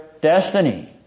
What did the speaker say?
destiny